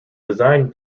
design